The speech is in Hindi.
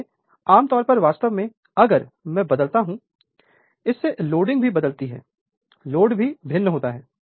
इसलिए आम तौर पर वास्तव में अगर मैं बदलता हूं इससे लोडिंग भी बदलती है लोड भी भिन्न होता है